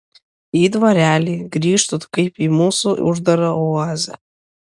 į dvarelį grįžtu kaip į mūsų uždarą oazę